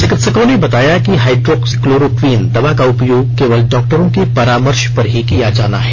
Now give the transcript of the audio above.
चिकित्सकों ने बताया कि हाइड्रोक्सीक्लोरोक्वीन दवा का उपयोग केवल डॉक्टरों के परामर्श पर ही किया जाना है